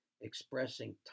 Expressing